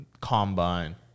combine